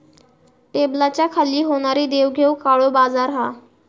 टेबलाच्या खाली होणारी देवघेव काळो बाजार हा